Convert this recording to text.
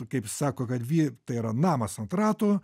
kaip jis sako kad vy tai yra namas ant ratų